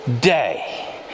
day